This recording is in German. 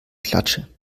klatsche